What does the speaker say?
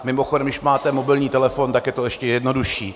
Mimochodem, když máte mobilní telefon, tak je to ještě jednodušší.